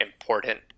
important